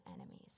enemies